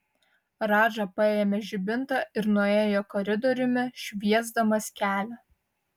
radža paėmė žibintą ir nuėjo koridoriumi šviesdamas kelią